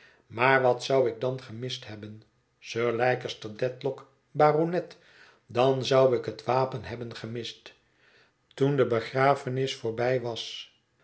maar wat zou ik dan gemist hebben sir leicester dedlock baronet dan zou ik het wapen hebben gemist toen de begrafenis voorbij was